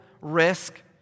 risk